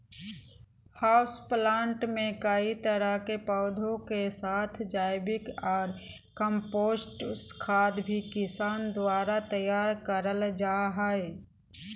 house plant मे कई तरह के पौधा के साथ जैविक ऑर कम्पोस्ट खाद भी किसान द्वारा तैयार करल जा हई